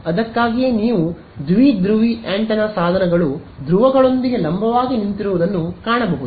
ಅದಕ್ಕಾಗಿಯೇ ನೀವು ದ್ವಿಧ್ರುವಿ ಆಂಟೆನಾ ಸಾಧನಗಳು ಧ್ರುವಗಳೊಂದಿಗೆ ಲಂಬವಾಗಿ ನಿಂತಿರುವುದನ್ನು ನೀವು ಕಾಣಬಹುದು